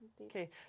Okay